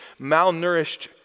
malnourished